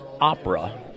opera